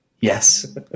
Yes